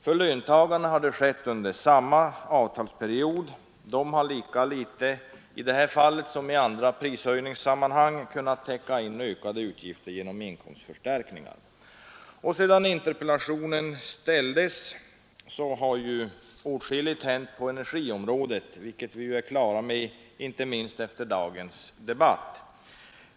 För löntagarna har det skett under samma avtalsperiod; de har i detta lika litet som i andra prishöjningssammanhang kunnat täcka in ökade utgifter genom inkomstförstärkningar. Sedan interpellationen ställdes har åtskilligt hänt på energiområdet, vilket vi borde vara på det klara med inte minst efter dagens debatt.